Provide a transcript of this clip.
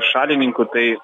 šalininkų tai